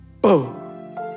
Boom